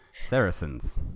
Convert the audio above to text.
Saracens